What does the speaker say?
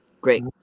great